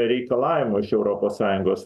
reikalavimų iš europos sąjungos